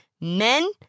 men